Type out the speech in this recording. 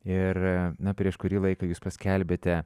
ir na prieš kurį laiką jūs paskelbėte